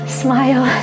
smile